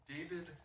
David